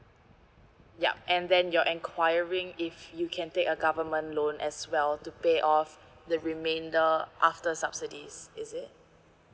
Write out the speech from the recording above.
ya and then you're enquiring if you can take a government loan as well to pay off the remainder after subsidies is it